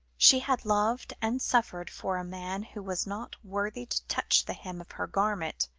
she had loved and suffered for a man who was not worthy to touch the hem of her garment,